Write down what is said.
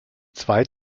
zwei